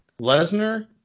Lesnar